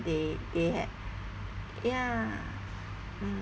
they they had ya mm